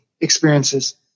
experiences